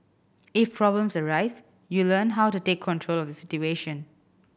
if problems arise you learn how to take control of the situation